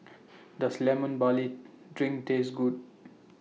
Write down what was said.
Does Lemon Barley Drink Taste Good